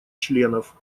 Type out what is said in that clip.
членов